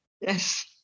Yes